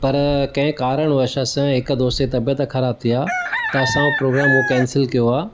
पर कंहिं कारणु वश असां जे हिक दोस्त जी तबियत ख़राबु थी आहे त असां हू प्रोग्राम केन्सल कयो आहे